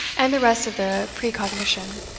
and the rest of the precognition.